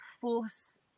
force